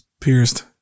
pierced